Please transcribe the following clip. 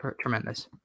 tremendous